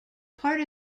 part